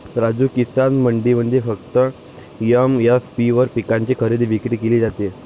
राजू, किसान मंडईमध्ये फक्त एम.एस.पी वर पिकांची खरेदी विक्री केली जाते